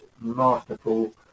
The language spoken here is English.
masterful